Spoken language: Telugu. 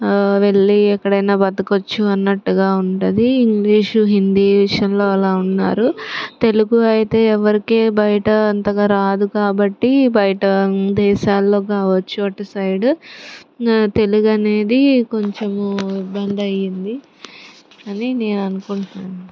వెళ్ళి ఎక్కడైనా బతకవచ్చు అన్నట్టుగా ఉంటుంది ఇంగ్లీషు హిందీ విషయంలో అలా ఉన్నారు తెలుగు అయితే ఎవరికి బయట అంతగా రాదు కాబట్టి బయట దేశాలలో కావచ్చు అటు సైడు తెలుగు అనేది కొంచెము ఇబ్బంది అయ్యింది అని నేను అనుకుంటున్నాను